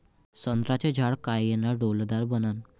संत्र्याचं झाड कायनं डौलदार बनन?